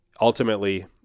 Ultimately